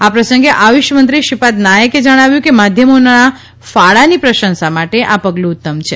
આ પ્રસંગે આયુષમંત્રી શ્રીપાદ નાઇકે જણાવ્યું કે માધ્યમોના ફાળાની પ્રશંસા માટે આ પગલું ઉત્તમ છે